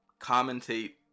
commentate